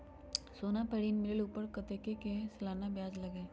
सोना पर ऋण मिलेलु ओपर कतेक के सालाना ब्याज लगे?